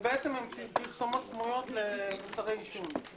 ובעצם הן פרסומות סמויות למוצרי עישון.